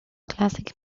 classic